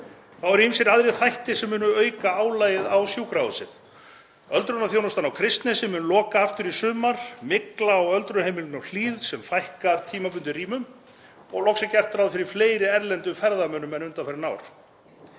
Þá eru ýmsir aðrir þættir sem munu auka álagið á sjúkrahúsið. Öldrunarþjónustan á Kristnesi mun loka aftur í sumar, mygla á öldrunarheimilinu Hlíð, sem fækkar tímabundið rýmum, og loks er gert ráð fyrir fleiri erlendum ferðamönnum en undanfarin ár.